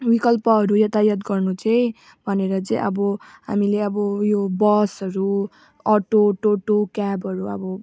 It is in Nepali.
विकल्पहरू यातायात गर्नु चाहिँ भनेर चाहिँ अब हामीले अब यो बसहरू अटो टोटो क्याबहरू अब